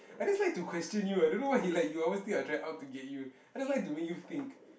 I just like to question you eh I don't know why you like you always think I trying out to get you I just like to make you think